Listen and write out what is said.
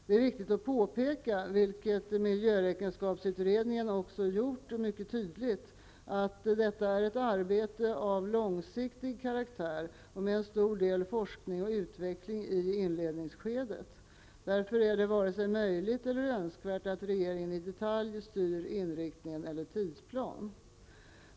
Det är viktigt att påpeka -- vilket miljöräkenskapsutredningen också gjort mycket tydligt -- att detta är ett arbete av långsiktig karaktär och med en stor del forskning och utveckling i inledningsskedet. Därför är det varken möjligt eller önskvärt att regeringen i detalj styr inriktning eller tidsplan.